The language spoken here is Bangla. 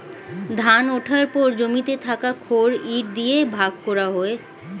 ধান ওঠার পর জমিতে থাকা খড় ইট দিয়ে ভাগ করা হয়